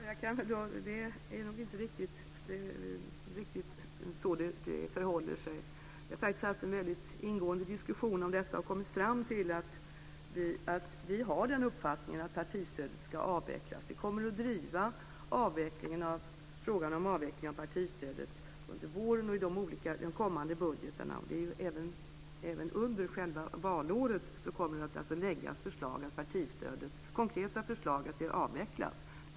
Herr talman! Det är inte riktigt så det förhåller sig. Vi har haft en väldigt ingående diskussion om detta. Vi har den uppfattningen att partistödet ska avvecklas. Vi kommer att driva frågan om avvecklingen av partistödet under våren och inför de kommande budgetarna. Även under själva valåret kommer det att läggas fram konkreta förslag om att avveckla partistödet.